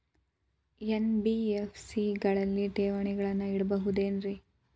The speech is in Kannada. ಎನ್.ಬಿ.ಎಫ್.ಸಿ ಗಳಲ್ಲಿ ಠೇವಣಿಗಳನ್ನು ಇಡಬಹುದೇನ್ರಿ?